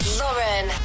lauren